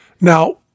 Now